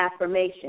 affirmation